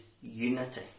unity